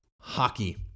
hockey